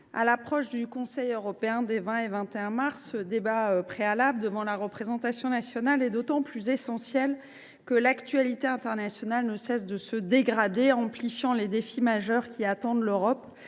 à l’approche du Conseil européen des 20 et 21 mars, ce débat préalable devant la représentation nationale est d’autant plus essentiel que l’actualité internationale ne cesse de se dégrader. Les défis majeurs qui attendent l’Europe